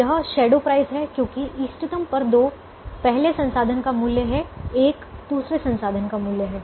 यह shadow price है क्योंकि इष्टतम पर 2 पहले संसाधन का मूल्य है 1 दूसरे संसाधन का मूल्य है